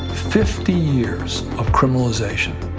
fifty years of criminalization.